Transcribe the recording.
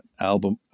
album